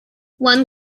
one